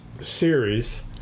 series